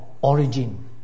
origin